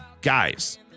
guys